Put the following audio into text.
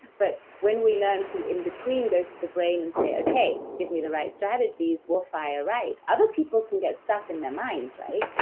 but when we learn to in between go to the brain and say, okay, give me the right strategies. we'll fire right. other people can get stuck in their minds, right?